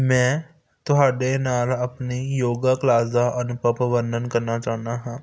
ਮੈਂ ਤੁਹਾਡੇ ਨਾਲ ਆਪਣੀ ਯੋਗਾ ਕਲਾਸ ਦਾ ਅਨੁਭਵ ਵਰਨਣ ਕਰਨਾ ਚਾਹੁੰਦਾ ਹਾਂ